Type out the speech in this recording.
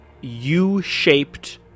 U-shaped